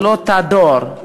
זה לא תא דואר,